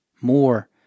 more